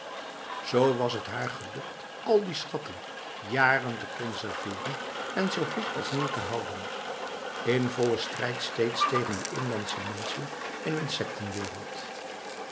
zo was het haar gelukt al die schatten jaren te conserveren en zo goed als nieuw te houden in volle strijd steeds tegen de inlandse mensen en